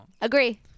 Agree